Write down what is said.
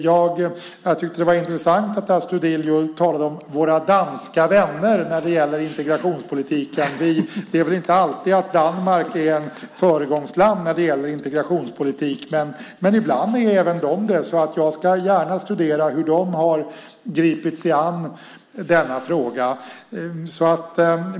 Jag tycker att det var intressant att Astudillo talade om våra danska vänner när det gäller integrationspolitiken. Det är väl inte alltid som Danmark är föregångsland när det gäller integrationspolitik, men ibland är även de det. Jag ska gärna studera hur de har gripit sig an denna fråga.